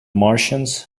martians